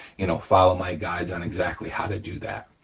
you know, follow my guides on exactly how to do that.